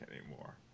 anymore